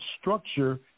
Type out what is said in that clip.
structure